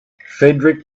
fedric